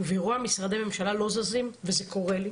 ורואה משרדי ממשלה שלא זזים, וזה קורה לי,